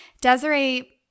Desiree